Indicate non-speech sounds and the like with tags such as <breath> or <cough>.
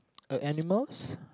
a animals <breath>